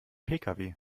pkw